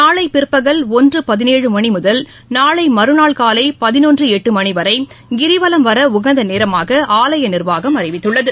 நாளை பிற்பகல் ஒன்று பதினேழு முதல் நாளை மறுநாள் காலை பதினொன்று எட்டு வரை கிரிவலம் வர உகந்த நேரமாக் ஆலய நிர்வாகம் அறிவித்துள்ளது